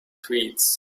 treats